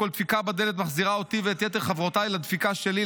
כל דפיקה בדלת מחזירה אותי ואת יתר חברותיי לדפיקה שלי,